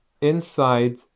inside